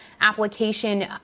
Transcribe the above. application